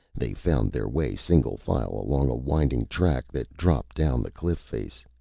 they found their way single file along a winding track that dropped down the cliff face.